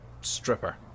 stripper